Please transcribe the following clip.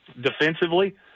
Defensively